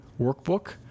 workbook